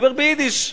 מדברים ביידיש.